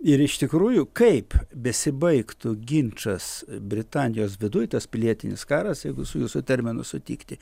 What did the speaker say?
ir iš tikrųjų kaip besibaigtų ginčas britanijos viduj tas pilietinis karas jeigu su jūsų terminu sutikti